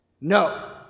No